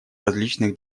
различных